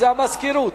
זה המזכירות.